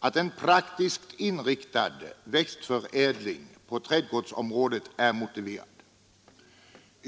jag att en praktiskt inriktad växtförädling på trädgårdsområdet är motiverad.